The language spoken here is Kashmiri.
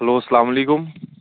ہیٚلو اَسَلامُ علیکُم